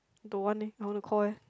don't want leh I want to call eh